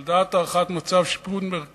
על דעת הערכת מצב של פיקוד המרכז,